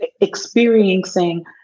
experiencing